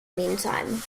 meantime